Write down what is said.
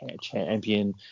champion